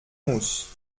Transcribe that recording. mousse